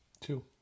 Two